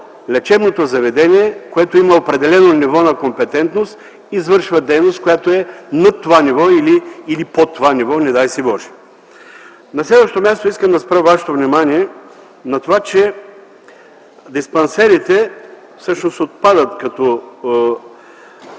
лечебното заведение, което има определено ниво на компетентност, извършва дейност, която е над това ниво или под това ниво, не дай си Боже. На следващо място, искам да спра вашето внимание на това, че диспансерите всъщност отпадат като